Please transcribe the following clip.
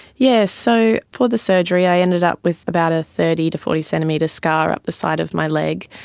yes, so for the surgery i ended up with about a thirty to forty centimetre scar up the side of my leg,